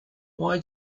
why